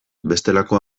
bestelako